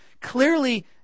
Clearly